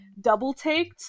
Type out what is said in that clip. double-taked